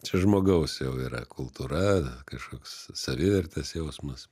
čia žmogaus jau yra kultūra kažkoks savivertės jausmas